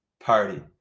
party